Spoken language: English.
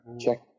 check